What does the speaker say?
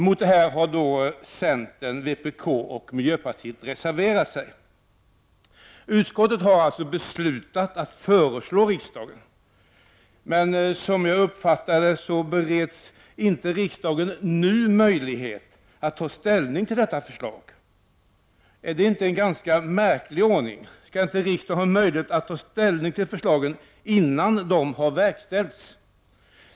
Mot beslutet reserverade sig centerpartiets, vänsterpartiet kommunisternas och miljöpartiet de grönas företrädare.” Utskottet har alltså beslutat att lämna riksdagen ett förslag, men som jag uppfattat det bereds inte riksdagen nu möjlighet att ta ställning till detta förslag. Är inte detta en ganska märklig ordning? Skall inte riksdagen ha möjlighet att ta ställning till förslagen innan de har verkställts?